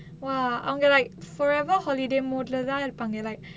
!wow! அவங்க:avanga like forever holiday mood lah தான் இருப்பாங்க:thaan iruppaanga like